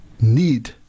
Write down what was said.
need